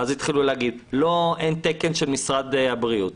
אבל אז התחילו להגיד: אין תקן של משרד הבריאות.